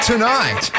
Tonight